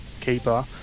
keeper